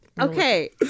Okay